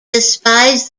despised